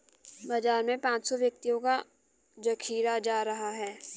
बाजार में पांच सौ व्यक्तियों का जखीरा जा रहा है